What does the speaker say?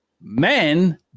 Men